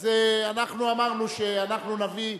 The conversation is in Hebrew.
אז אנחנו אמרנו שאנחנו נביא,